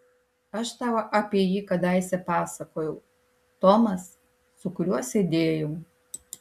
aš tau apie jį kadaise pasakojau tomas su kuriuo sėdėjau